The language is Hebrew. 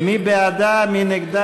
מי בעדה?